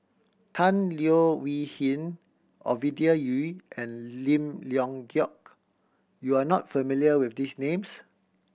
Tan Leo Wee Hin Ovidia Yu and Lim Leong Geok you are not familiar with these names